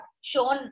shown